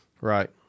Right